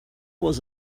was